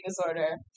disorder